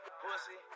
pussy